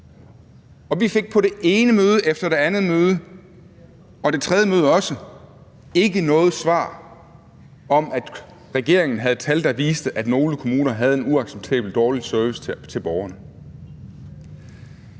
vi fik på det ene møde efter det andet og også det tredje ikke noget svar på, om regeringen havde tal, der viste, at nogle kommuner leverede en uacceptabelt dårlig service til borgerne.